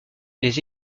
les